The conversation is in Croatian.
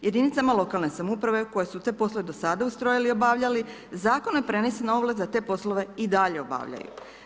Jedinicama lokalne samouprave koje su te poslove do sada ustrojili i obavljali zakonom je prenesena ovlast da te poslove i dalje obavljaju.